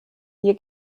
hier